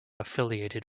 affiliated